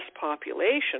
population